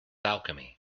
alchemy